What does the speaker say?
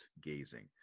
gazing